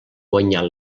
guanyar